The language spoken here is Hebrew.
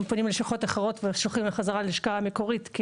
הם פונים ללשכות אחרות ושולחים חזרה ללשכה המקורית.